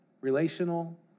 relational